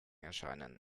erscheinen